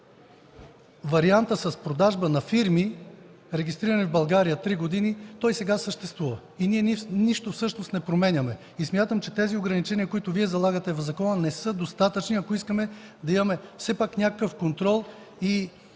Вариантът с продажба на фирми, регистрирани в България от три години, и сега съществува. Ние всъщност нищо не променяме. Смятам, че тези ограничения, които Вие залагате в закона, не са достатъчни, ако искаме да имаме все пак някакъв контрол и